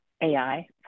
AI